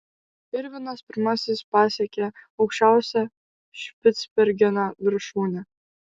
irvinas pirmasis pasiekė aukščiausią špicbergeno viršūnę